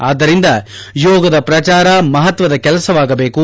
ಆದ್ದರಿಂದ ಯೋಗದ ಪ್ರಚಾರ ಮಪತ್ವದ ಕೆಲಸವಾಗಬೇಕು